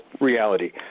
reality